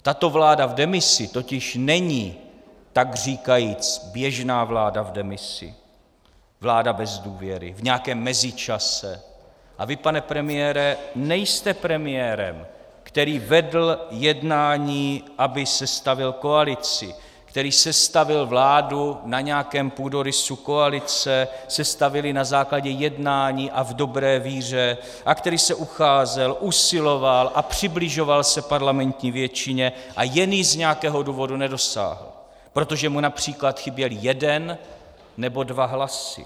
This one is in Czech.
Tato vláda v demisi totiž není takříkajíc běžná vláda v demisi, vláda bez důvěry, v nějakém mezičase, a vy, pane premiére, nejste premiérem, který vedl jednání, aby sestavil koalici, který sestavil vládu na nějakém půdorysu koalice, sestavil ji na základě jednání a v dobré víře a který se ucházel, usiloval a přibližoval se parlamentní většině a jen ji z nějakého důvodu nedosáhl, protože mu např. chyběl jeden nebo dva hlasy.